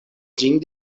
ĝin